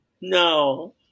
No